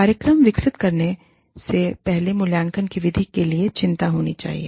कार्यक्रम विकसित होने से पहले मूल्यांकन की विधि के लिए चिंता होनी चाहिए